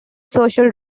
social